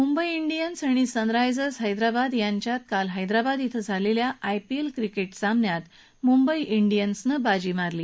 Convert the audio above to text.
Mumbai Indians आणि Sunrisers Hyderabad यांच्यात काल हैद्राबाद डिस्टिसलिया आयपीएल क्रिक्टिसामन्यात मुंबई डियन्सनं बाजी मारली